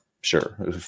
Sure